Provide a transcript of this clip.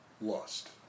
lust